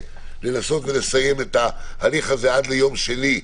לנסות ולסיים את ההליך הזה עד ליום שני,